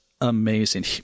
amazing